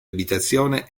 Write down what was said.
abitazione